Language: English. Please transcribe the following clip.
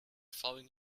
falling